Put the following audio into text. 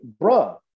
bruh